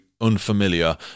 unfamiliar